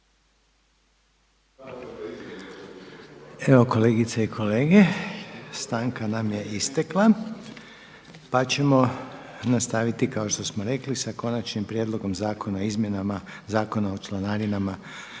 Evo kolegice i kolege, stanka nam je istakla pa ćemo nastaviti kao što smo rekli sa: - Konačnim prijedlogom Zakona o izmjenama Zakona o članarinama